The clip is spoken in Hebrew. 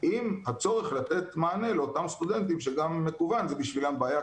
עם הצורך לתת מענה לאותם סטודנטים שגם מקוון זה בשבילם בעיה,